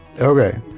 Okay